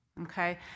Okay